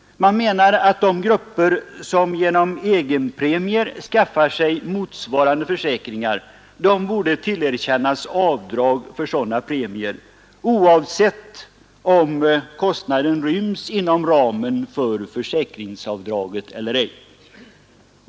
De menar att den som genom egenpremier skaffar sig motsvarande försäkring borde tillerkännas avdrag för sina kostnader, oavsett om de ryms inom ramen för försäkringsavdraget eller ej.